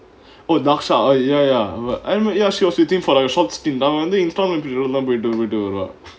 oh dharsha ya ya oh ya she was waiting for the short stint அவ வந்து:ava vanthu instalment period lah தான் போயிட்டு போயிட்டு வருவா:thaan poittu poittu varuvaa